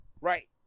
Right